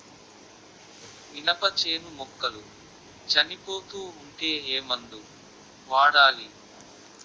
మినప చేను మొక్కలు చనిపోతూ ఉంటే ఏమందు వాడాలి?